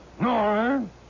No